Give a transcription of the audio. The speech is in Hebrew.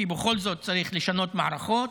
כי בכל זאת צריך לשנות מערכות.